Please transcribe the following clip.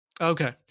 Okay